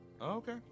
okay